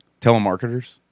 telemarketers